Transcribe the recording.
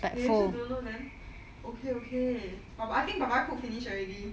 they also don't know then okay okay I think papa cook finish already